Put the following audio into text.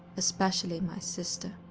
especially my sister.